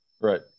Right